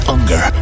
Unger